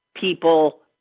People